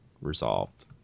resolved